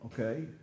okay